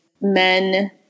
men